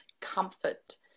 comfort